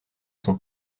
son